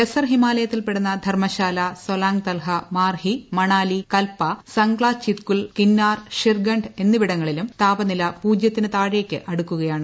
lesser ഹിമാലയത്തിൽപ്പെടുന്ന ധർമശാല സോലാംഗ് തൽഹ മാർഹി മണാലി കൽപ്പ സംഗ്ല ചിത്കുൽ കിന്നാർ ഷിർഗണ്ഡ് എന്നിവിടങ്ങളിലും താപനില പൂജ്യത്തിന് താഴേയ്ക്ക് അടുക്കുകയാണ്